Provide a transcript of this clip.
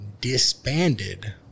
disbanded